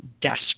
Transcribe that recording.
desperate